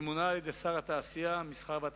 ממונה על-ידי שר התעשייה, המסחר והתעסוקה,